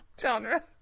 genre